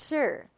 Sure